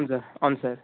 అవును సార్ అవును సార్